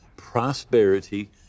Prosperity